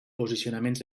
posicionaments